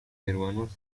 peruanos